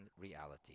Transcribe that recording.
reality